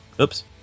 oops